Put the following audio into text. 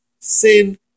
sin